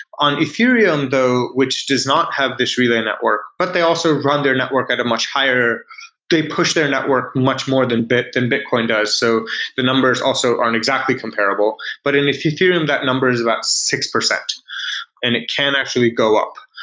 on ethereum though which does not have this relay network, but they also run their network at a much higher they push their network much more than bitcoin does, so the numbers also aren't exactly comparable. but in ethereum, that number is about six percent and it can actually go up.